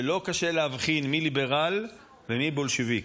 שלא קשה להבחין מי ליברל ומי בולשביק.